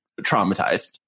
traumatized